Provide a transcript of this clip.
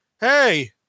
Hey